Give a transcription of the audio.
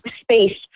space